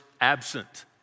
absent